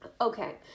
Okay